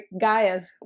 Gaia's